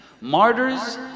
Martyrs